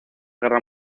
guerra